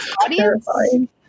terrifying